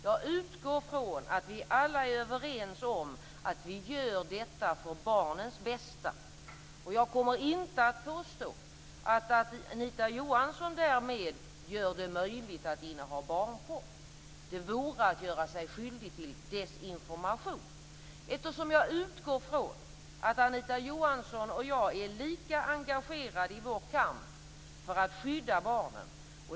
Jag utgår från att vi alla är överens om att vi gör detta för barnens bästa, och jag kommer inte att påstå att Anita Johansson därmed gör det möjligt att inneha barnporr. Det vore att göra sig skyldig till desinformation, eftersom jag utgår från att Anita Johansson och jag är lika engagerade i vår kamp för att skydda barnen.